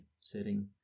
setting